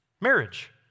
Marriage